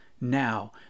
now